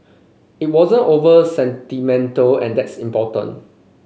it wasn't over sentimental and that's important